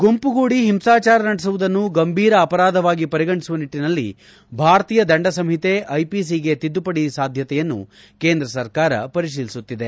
ಗುಂಪುಗೂಡಿ ಹಿಂಸಾಚಾರ ನಡೆಸುವುದನ್ನು ಗಂಭೀರ ಅಪರಾಧವಾಗಿ ಪರಿಗಣಿಸುವ ನಿಟ್ಟನಲ್ಲಿ ಭಾರತೀಯ ದಂಡ ಸಂಹಿತೆ ಐಪಿಸಿಗೆ ತಿದ್ದುಪಡಿ ಸಾಧ್ಯತೆಯನ್ನು ಕೇಂದ್ರ ಸರ್ಕಾರ ಪರಿಶೀಲಿಸುತ್ತಿದೆ